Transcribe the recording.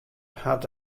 hat